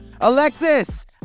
Alexis